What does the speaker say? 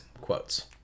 quotes